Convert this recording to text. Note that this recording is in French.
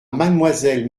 mademoiselle